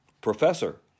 professor